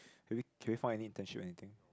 can we can we find any internship or anything